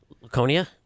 Laconia